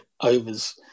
overs